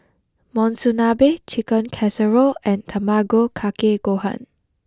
Monsunabe Chicken Casserole and Tamago Kake Gohan